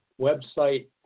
website